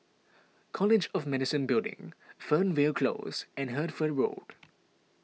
College of Medicine Building Fernvale Close and Hertford Road